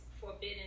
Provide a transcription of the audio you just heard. forbidden